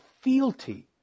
fealty